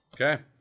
Okay